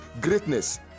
greatness